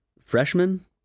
Freshman